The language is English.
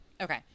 Okay